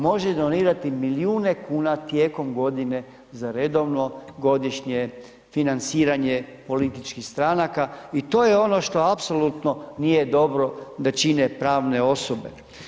Može donirati milijune kuna tijekom godine za redovno godišnje financiranje političkih stranaka i to je ono što apsolutno nije dobro da čine pravne osobe.